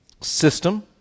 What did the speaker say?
system